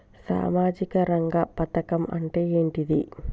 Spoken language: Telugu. సామాజిక రంగ పథకం అంటే ఏంటిది?